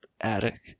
attic